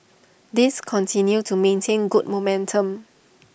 these continue to maintain good momentum